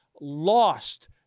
lost